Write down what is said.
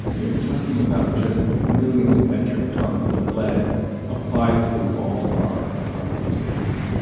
you know we're talking about just millions of metric tons of lead applied to the walls of our of our living spaces